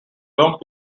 long